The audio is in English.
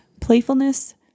playfulness